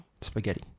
Spaghetti